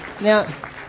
Now